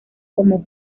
como